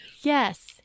Yes